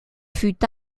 fut